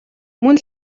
мөн